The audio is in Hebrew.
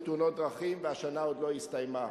והשנה עוד לא הסתיימה.